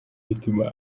bituma